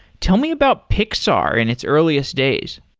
tell me about pixar in its earliest days.